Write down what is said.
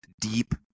deep